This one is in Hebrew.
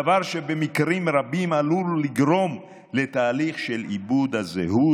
דבר שבמקרים רבים עלול לגרום לתהליך של איבוד הזהות.